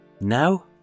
Now